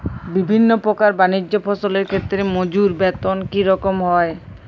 বিভিন্ন প্রকার বানিজ্য ফসলের ক্ষেত্রে মজুর বেতন কী রকম হয়?